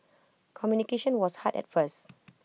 communication was hard at first